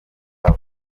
zabo